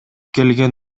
келген